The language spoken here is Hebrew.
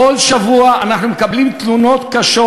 כל שבוע אנחנו מקבלים תלונות קשות,